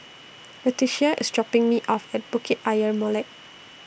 Leticia IS dropping Me off At Bukit Ayer Molek